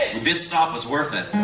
this stop was worth it.